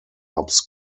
ups